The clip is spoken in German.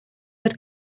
mit